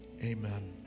amen